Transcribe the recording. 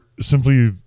Simply